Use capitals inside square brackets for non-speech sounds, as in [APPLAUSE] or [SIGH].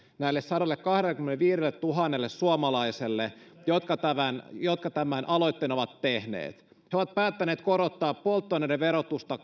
näille sadallekahdellekymmenelleviidelletuhannelle suomalaiselle jotka tämän jotka tämän aloitteen ovat tehneet he ovat päättäneet korottaa polttoaineiden verotusta [UNINTELLIGIBLE]